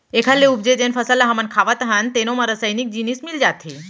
एखर ले उपजे जेन फसल ल हमन खावत हन तेनो म रसइनिक जिनिस मिल जाथे